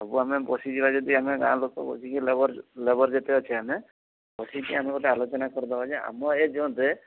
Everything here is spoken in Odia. ସବୁ ଆମେ ବସିଯିବା ଯଦି ଆମେ ଗାଁ ଲୋକ ବସିକି ଲେବର୍ ଲେବର୍ ଯେତେ ଅଛେ ଆମେ ବସିକି ଆମେ ଗୋଟେ ଆଲୋଚନା କରିଦେବା ଯେ ଆମ ଏ ଜୋନ୍ରେ